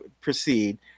proceed